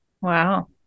Wow